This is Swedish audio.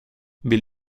vill